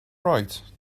right